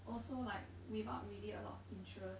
also like without really a lot of interest